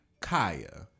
Kaya